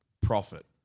profit